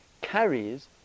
carries